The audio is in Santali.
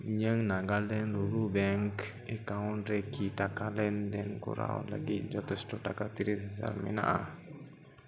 ᱤᱧᱟᱹᱝ ᱱᱟᱜᱟᱞᱮᱱᱰ ᱨᱩᱨᱩ ᱵᱮᱝᱠ ᱮᱠᱟᱣᱩᱱᱴ ᱨᱮ ᱠᱤ ᱴᱟᱠᱟ ᱞᱮᱱᱫᱮᱱ ᱠᱚᱨᱟᱣ ᱞᱟᱹᱜᱤᱫ ᱡᱚᱛᱷᱮᱥᱴᱚ ᱴᱟᱠᱟ ᱛᱤᱨᱤᱥ ᱦᱟᱡᱟᱨ ᱢᱮᱱᱟᱜᱼᱟ